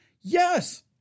Yes